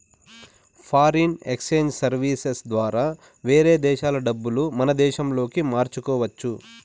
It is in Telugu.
ఫారిన్ ఎక్సేంజ్ సర్వీసెస్ ద్వారా వేరే దేశాల డబ్బులు మన దేశంలోకి మార్చుకోవచ్చు